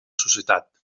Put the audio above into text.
societat